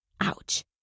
Ouch